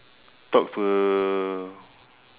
talk to a